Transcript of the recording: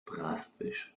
drastisch